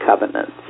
covenants